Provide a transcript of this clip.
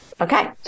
Okay